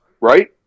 right